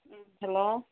hello